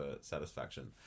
satisfaction